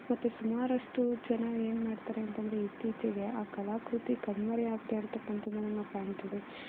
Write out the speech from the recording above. ಮತ್ತು ಸುಮಾರಷ್ಟು ಜನ ಏನ್ಮಾಡ್ತಾರೆ ಅಂತೆಂದ್ರೆ ಇತ್ತೀಚಿಗೆ ಆ ಕಲಾಕೃತಿ ಕಣ್ಮರೆ ಆಗ್ತಾ ಇರ್ತಕ್ಕಂಥದನ್ನು ನಾವು ಕಾಣ್ತೀವಿ